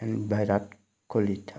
and भिरात कहलि